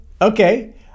okay